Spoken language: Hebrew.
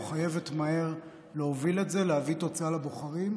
או חייבת מהר, להוביל את זה, להביא תוצאה לבוחרים,